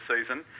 season